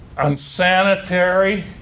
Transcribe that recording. Unsanitary